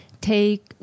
Take